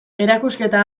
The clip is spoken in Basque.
erakusketa